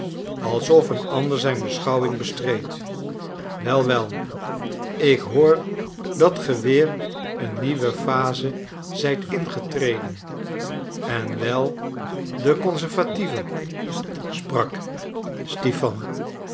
alsof een ander zijn beschouwing bestreed wel wel ik hoor dat ge weer een nieuwe phase zijt ingetreden en wel de conservatieve sprak stipan